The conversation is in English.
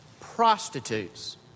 prostitutes